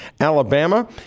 Alabama